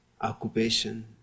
occupation